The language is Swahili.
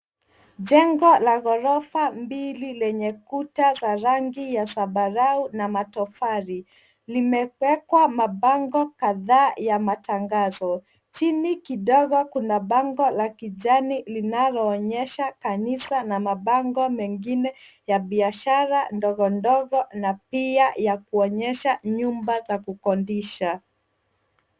Jengo la ghorofa mbili lenye kuta za rangi ya zambarau na matofali. Limewekwa mabango kadhaa ya matangazo. Chini kidogo kuna bango la kijani linaloonyesha kanisa na mabango mengine ya biashara ndogo ndogo na pia ya kuonyesha nyumba za kukondisha.